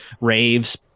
raves